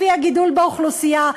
לפי הגידול באוכלוסייה.